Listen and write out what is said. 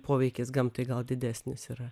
poveikis gamtai gal didesnis yra